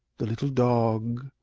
the little dog,